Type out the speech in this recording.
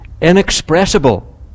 inexpressible